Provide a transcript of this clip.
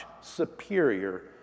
superior